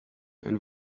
and